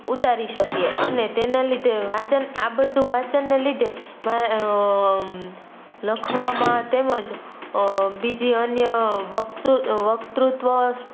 ઉતારી શકીએ અને તેનાં લીધે વાંચન આ બધું વાંચનને લીધે લખવામાં તેમજ બીજી અન્ય વક્તૃત્વ